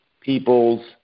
people's